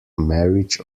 marriage